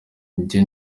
njye